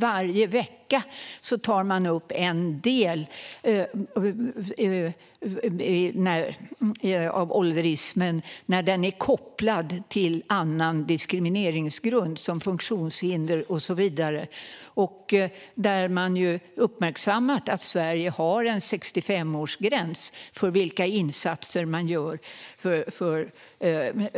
Varje vecka tar man upp en del av ålderismen när den är kopplad till annan diskrimineringsgrund som funktionshinder och så vidare. Där har man uppmärksammat att Sverige har en gräns för vilka insatser man gör för